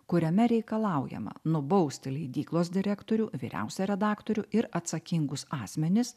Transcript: kuriame reikalaujama nubausti leidyklos direktorių vyriausią redaktorių ir atsakingus asmenis